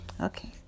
Okay